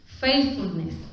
faithfulness